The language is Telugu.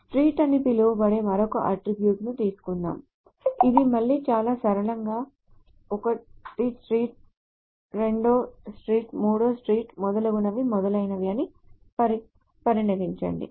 street అని పిలువబడే మరొక అట్ట్రిబ్యూట్ ను తీసుకుందాం ఇది మళ్ళీ చాలా సరళంగా 1 street 2 వీధి 3street మొదలగునవి మొదలైనవి అని పరిగణించండి